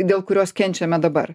dėl kurios kenčiame dabar